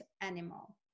animal